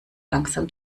langsam